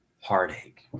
heartache